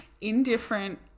indifferent